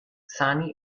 sani